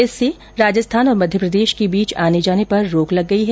इससे राजस्थान और मध्य प्रदेश के बीच आने जाने पर रोक लग गई है